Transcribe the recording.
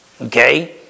Okay